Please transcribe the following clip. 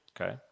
Okay